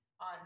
on